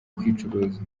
kwicuruza